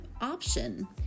option